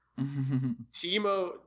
timo